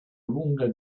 lunga